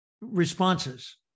responses